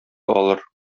алыр